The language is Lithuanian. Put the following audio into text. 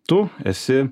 tu esi